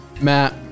Matt